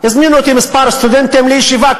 הזמינו אותי כמה סטודנטים לישיבה,